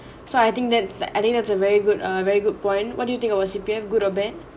so I think that's I think that's a very good err very good point what do you think about C_P_F good or bad